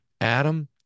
Adam